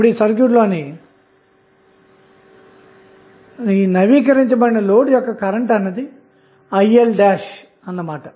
ఇప్పుడు ఈ సర్క్యూట్ లోని అప్డేటెడ్ లోడ్ యొక్క కరెంటు అన్నది IL' అన్న మాట